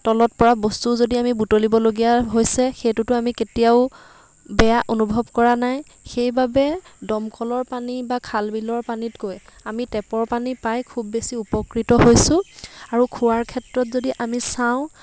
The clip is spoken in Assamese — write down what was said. তলত পৰা বস্তু যদি আমি বুটলিবলগীয়া হৈছে সেইটোতো আমি কেতিয়াও বেয়া অনুভৱ কৰা নাই সেইবাবে দমকলৰ পানী বা খাল বিলৰ পানীতকৈ আমি টেপৰ পানী পাই খুব বেছি উপকৃত হৈছোঁ আৰু খোৱাৰ ক্ষেত্ৰত যদি আমি চাওঁ